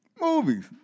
Movies